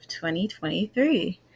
2023